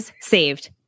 saved